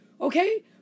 Okay